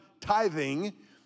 tithing